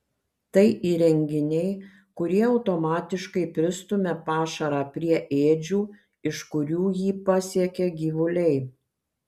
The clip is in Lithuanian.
tai įrenginiai kurie automatiškai pristumia pašarą prie ėdžių iš kurių jį pasiekia gyvuliai